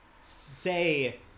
say